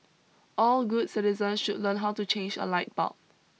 all good citizen should learn how to change a light bulb